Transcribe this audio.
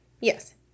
yes